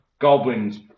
Goblins